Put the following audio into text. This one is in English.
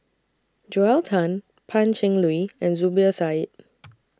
Joel Tan Pan Cheng Lui and Zubir Said